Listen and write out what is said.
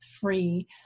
Free